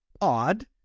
odd